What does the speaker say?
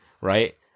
right